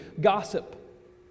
Gossip